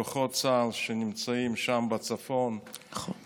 לכוחות צה"ל שנמצאים שם בצפון, נכון.